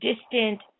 distant